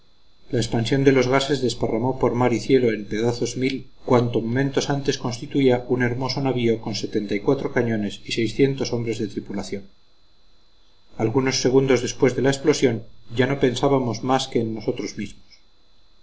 la expansión de los gases desparramó por mar y cielo en pedazos mil cuanto momentos antes constituía un hermoso navío con cañones y hombres de tripulación algunos segundos después de la explosión ya no pensábamos más que en nosotros mismos